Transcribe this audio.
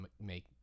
make